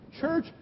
Church